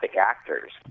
actors